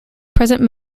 president